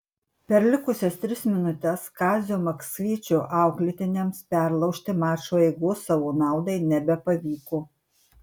per likusias tris minutes kazio maksvyčio auklėtiniams perlaužti mačo eigos savo naudai nebepavyko